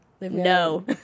No